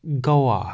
Goa